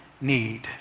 need